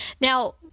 Now